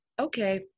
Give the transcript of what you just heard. okay